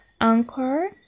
anchor